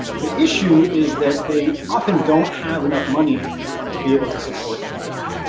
the issue is that they often don't have enough money to be able to support everyone.